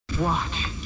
Watch